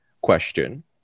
question